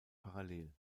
parallel